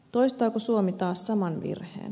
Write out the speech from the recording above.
toistaako suomi taas saman virheen